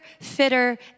fitter